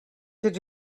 did